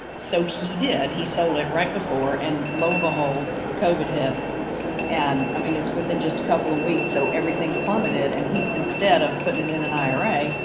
so he did, he sold it right before and lo and behold covid hits and i mean, it's within just a couple of weeks, so everything plummeted and he, instead of but putting it in an ira,